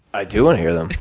i do wanna hear them.